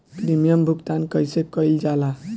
Premium भुगतान कइसे कइल जाला?